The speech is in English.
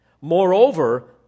Moreover